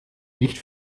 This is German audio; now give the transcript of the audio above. nicht